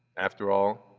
after all,